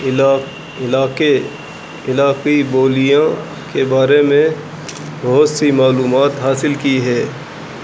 علا علاقے علاقائی بولیاں کے بارے میں بہت سی معلومات حاصل کی ہے